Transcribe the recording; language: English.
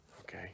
okay